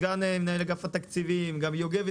סגן מנהל אגף התקציבים וגם יוגב,